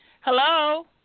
hello